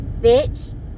bitch